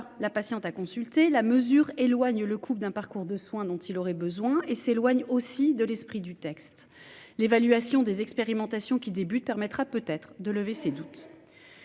la patiente à consulter, la mesure n'éloigne le couple d'un parcours de soins dont il aurait besoin. Nous pensons en outre qu'elle s'écarte de l'esprit du texte. L'évaluation des expérimentations qui débutent permettra peut-être de lever ces doutes.